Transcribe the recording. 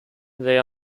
they